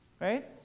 Right